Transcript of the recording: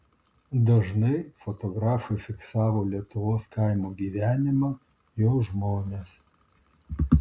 dažnai fotografai fiksavo lietuvos kaimo gyvenimą jo žmones